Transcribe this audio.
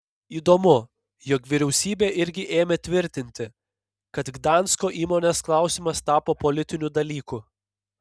įdomu jog vyriausybė irgi ėmė tvirtinti kad gdansko įmonės klausimas tapo politiniu dalyku